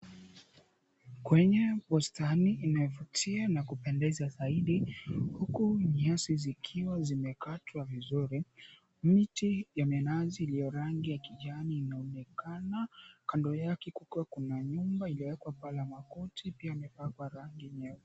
Kwenye bustani imevutia na kupendeza zaidi huku nyasi zikiwa zimekatwa vizuri. Miti ya minazi iliyo rangi ya kijani inaonekana. kando yake kuko kuna nyumba iliyowekwa paa la makuti pia imepakwa rangi nyeupe.